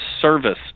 service